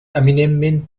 eminentment